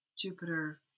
Jupiter